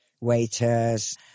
Waiters